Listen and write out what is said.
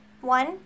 One